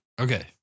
Okay